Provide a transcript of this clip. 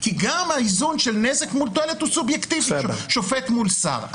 כי גם האיזון של נזק מול תועלת הוא סובייקטיבי שופט מול שר.